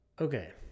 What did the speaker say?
Okay